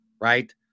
right